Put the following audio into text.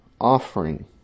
offering